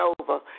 over